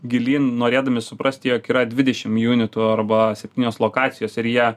gilyn norėdami suprasti jog yra dvidešimt junitų arba septynios lokacijos ir ją